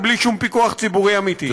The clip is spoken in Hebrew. ובלי שום פיקוח ציבורי אמיתי.